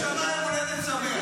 מזל טוב, נשמה, יום הולדת שמח.